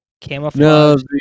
camouflage